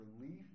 relief